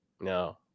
No